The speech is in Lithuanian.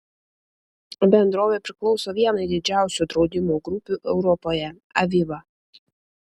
bendrovė priklauso vienai didžiausių draudimo grupių europoje aviva